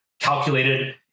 calculated